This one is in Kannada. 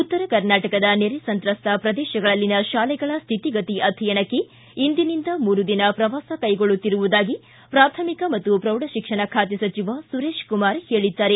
ಉತ್ತರ ಕರ್ನಾಟಕದ ನೆರೆ ಸಂತ್ರಸ್ತ ಪ್ರದೇಶಗಳಲ್ಲಿನ ಶಾಲೆಗಳ ಸ್ಥಿತಿಗತಿ ಅಧ್ಯಯನಕ್ಕೆ ಇಂದಿನಿಂದ ಮೂರು ದಿನ ಪ್ರವಾಸ ಕೈಗೊಳ್ಳುತ್ತಿರುವುದಾಗಿ ಪ್ರಾಥಮಿಕ ಮತ್ತು ಪ್ರೌಢ ಶಿಕ್ಷಣ ಖಾತೆ ಸಚಿವ ಸುರೇಶ್ ಕುಮಾರ್ ಹೇಳಿದ್ದಾರೆ